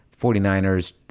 49ers